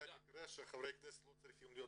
זה המגרש שחברי הכנסת לא צריכים להיות